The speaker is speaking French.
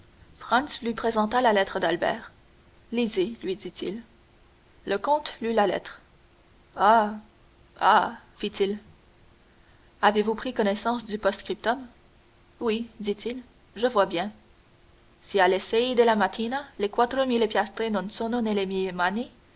lui présenta la lettre d'albert lisez lui dit-il le comte lut la lettre ah ah fit-il avez-vous pris connaissance du post-scriptum oui dit-il je vois bien se alle sei della mattina le quattro mille piastre